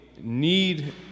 need